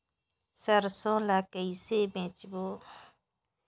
सरसो ला कइसे बेचबो?